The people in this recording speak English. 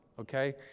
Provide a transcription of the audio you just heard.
Okay